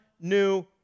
new